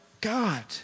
God